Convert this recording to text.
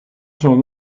son